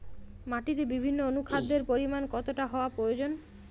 মাটিতে বিভিন্ন অনুখাদ্যের পরিমাণ কতটা হওয়া প্রয়োজন?